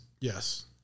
Yes